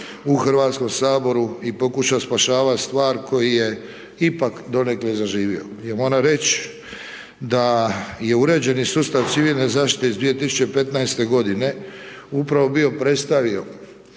Hrvatskom saboru i pokušati spašavati stvar koji je ipak donekle zaživio. I moram reći da je uređeni sustav civilne zaštite iz 2015. godine upravo bio predstavio